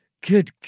Good